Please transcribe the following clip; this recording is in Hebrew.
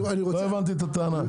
לא הבנתי את הטענה.